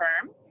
firm